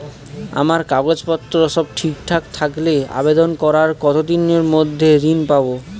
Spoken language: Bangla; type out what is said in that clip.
আমার কাগজ পত্র সব ঠিকঠাক থাকলে আবেদন করার কতদিনের মধ্যে ঋণ পাব?